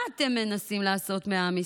מה אתם מנסים לעשות מעם ישראל?